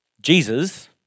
Jesus